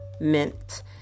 Mint